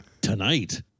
tonight